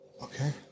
Okay